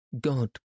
God